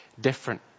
different